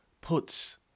puts